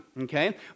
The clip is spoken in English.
Okay